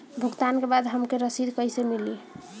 भुगतान के बाद हमके रसीद कईसे मिली?